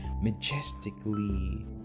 majestically